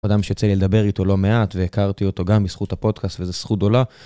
אדם שיצא לדבר איתו לא מעט, והכרתי אותו גם בזכות הפודקאסט וזה זכות גדולה.